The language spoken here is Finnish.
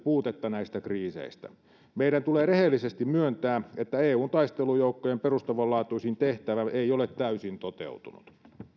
puutetta näistä kriiseistä meidän tulee rehellisesti myöntää että eun taistelujoukkojen perustavanlaatuisin tehtävä ei ole täysin toteutunut